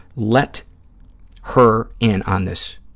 let her in on this.